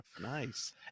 nice